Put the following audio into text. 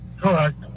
Correct